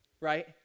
Right